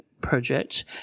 Project